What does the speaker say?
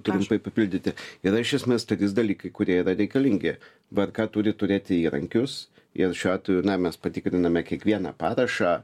trumpai papildyti yra iš esmės tokie dalykai kurie yra reikalingi vrk turi turėti įrankius jie šiuo atveju na mes patikriname kiekvieną parašą